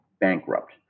bankrupt